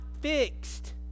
fixed